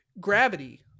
Gravity